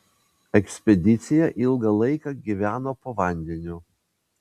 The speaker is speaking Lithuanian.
ekspedicija ilgą laiką gyveno po vandeniu